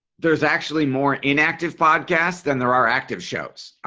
there's actually more inactive podcasts than there are active shows.